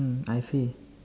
mm I see